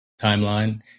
timeline